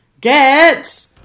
get